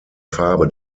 farbe